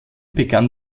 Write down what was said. begann